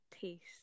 taste